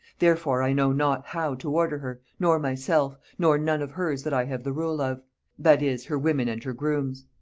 therefore i know not how to order her, nor myself, nor none of hers that i have the rule of that is, her women and her grooms.